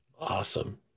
Awesome